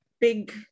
big